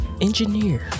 engineer